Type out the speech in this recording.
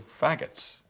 faggots